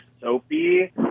soapy